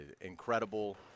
incredible